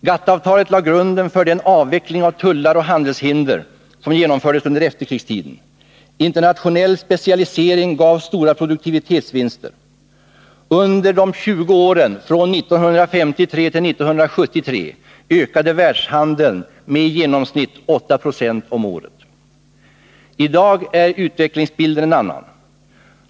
GATT-avtalet lade grunden för den avveckling av tullar och handelshinder som genomfördes under efterkrigstiden. Internationell specialisering gav stora produktivitetsvinster. Under de 20 åren från 1953 till 1973 ökade världshandeln med i genomsnitt 8 70 om året. I dag är utvecklingsbilden en annan.